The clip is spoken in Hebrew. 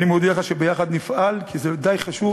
ואני מודיע לך שביחד נפעל, כי זה די חשוב.